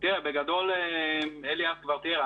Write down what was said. בגדול אליאס כבר תיאר,